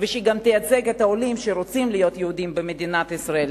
ושהיא גם תייצג את העולים שרוצים להיות יהודים במדינת ישראל.